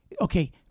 okay